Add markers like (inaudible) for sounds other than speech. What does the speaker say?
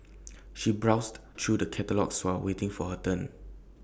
(noise) she browsed through the catalogues while waiting for her turn